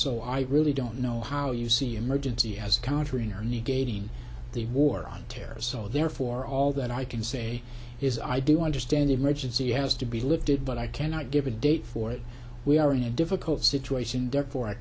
so i really don't know how you see emergency as countering or negating the war on terror so therefore all that i can say is i do understand the emergency has to be lifted but i cannot give a date for it we are in a difficult situation